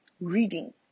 reading